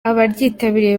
abaryitabiriye